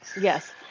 Yes